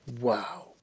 wow